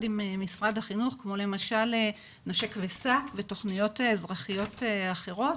עם משרד החינוך כמו למשל 'נשק וסע' ותכניות אזרחיות אחרות,